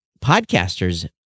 podcasters